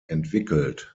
entwickelt